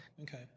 okay